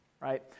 right